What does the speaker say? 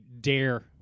dare